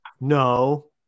No